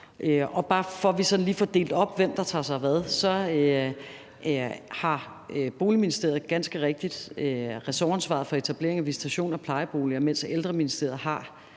Og bare for at vi sådan lige får delt op, hvem der tager sig af hvad, har Boligministeriet ganske rigtigt ressortansvar for etablering af visitation til plejeboliger, mens Ældreministeriet har